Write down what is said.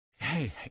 Hey